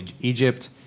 Egypt